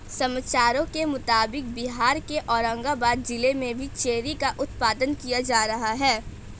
समाचारों के मुताबिक बिहार के औरंगाबाद जिला में भी चेरी का उत्पादन किया जा रहा है